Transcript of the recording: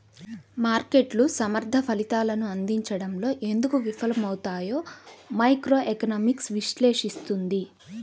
మార్కెట్లు సమర్థ ఫలితాలను అందించడంలో ఎందుకు విఫలమవుతాయో మైక్రోఎకనామిక్స్ విశ్లేషిస్తుంది